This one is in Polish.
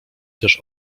też